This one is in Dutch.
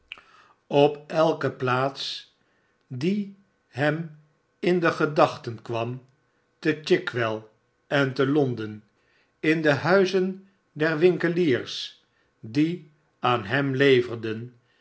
op elke plaats die hem in de gedachten kwam te chi g well en te l on den in de huizen der winkeliers die aan hemleverden